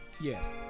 Yes